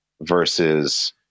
versus